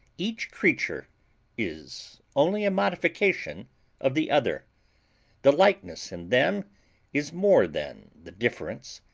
each creature is only a modification of the other the likeness in them is more than the difference,